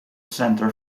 centre